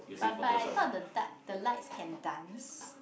but but I thought the the lights can dance